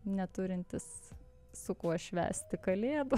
neturintis su kuo švęsti kalėdų